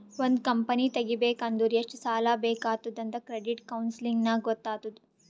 ಒಂದ್ ಕಂಪನಿ ತೆಗಿಬೇಕ್ ಅಂದುರ್ ಎಷ್ಟ್ ಸಾಲಾ ಬೇಕ್ ಆತ್ತುದ್ ಅಂತ್ ಕ್ರೆಡಿಟ್ ಕೌನ್ಸಲಿಂಗ್ ನಾಗ್ ಗೊತ್ತ್ ಆತ್ತುದ್